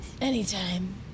Anytime